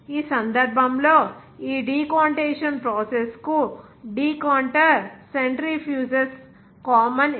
ఈ సందర్భంలో ఈ డికాంటేషన్ ప్రాసెస్ కు డికాంటర్ సెంట్రిఫ్యూజెస్ కామన్ ఎక్విప్మెంట్